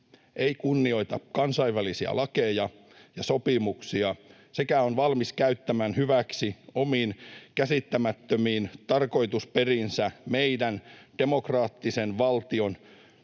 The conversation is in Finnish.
ei kunnioita kansainvälisiä lakeja ja sopimuksia sekä on valmis käyttämään hyväksi omiin käsittämättömiin tarkoitusperiinsä meidän demokraattisen valtion